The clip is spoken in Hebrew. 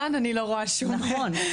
אני לא רואה שום --- נכון,